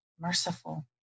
merciful